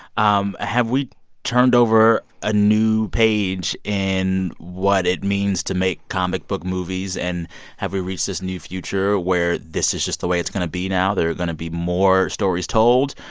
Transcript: um have we turned over a new page in what it means to make comic book movies? and have we reached this new future where this is just the way it's going to be now there are going to be more stories told?